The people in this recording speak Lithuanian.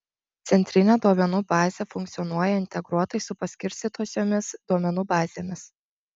centrinė duomenų bazė funkcionuoja integruotai su paskirstytosiomis duomenų bazėmis